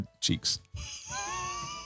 cheeks